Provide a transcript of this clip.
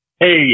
Hey